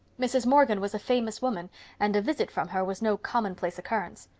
mrs. morgan was a famous woman and a visit from her was no commonplace occurrence.